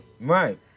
Right